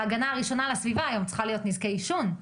ההגנה הראשונה על הסביבה צריכה להיות נזקי עישון.